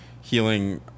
healing